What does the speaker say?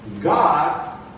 God